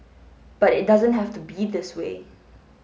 but it doesn't have to be this way